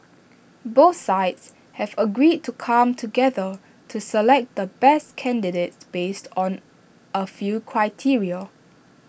both sides have agreed to come together to select the best candidates based on A few criteria